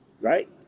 right